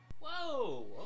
Whoa